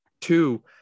two